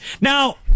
Now